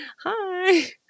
Hi